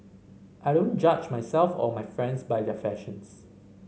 I don't judge myself or my friends by their fashions